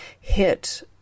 hit